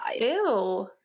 Ew